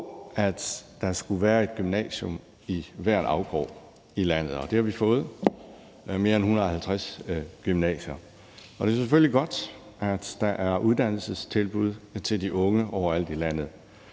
at der skulle være et gymnasium i hver afkrog af landet. Det har vi fået – mere end 150 gymnasier. Det er selvfølgelig godt, at der er uddannelsestilbud til de unge overalt i landet.